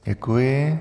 Děkuji.